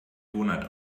donut